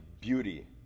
beauty